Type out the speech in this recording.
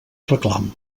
reclam